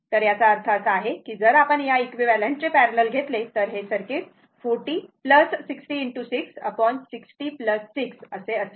तर याचा अर्थ असा आहे की जर आपण या इक्विवेलंट चे पॅरलल घेतले तर हे सर्किट 40 60 ✕ 6 60 6 असेल